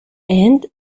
and